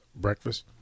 breakfast